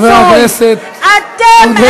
חבר הכנסת פורר, חבר הכנסת עודד פורר.